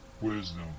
wisdom